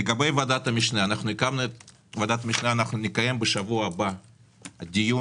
לגבי ועדת המשנה: נקיים בשבוע הבא דיון,